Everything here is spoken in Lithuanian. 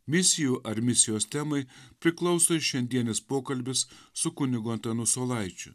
misijų ar misijos temai priklauso ir šiandienis pokalbis su kunigu antanu saulaičiu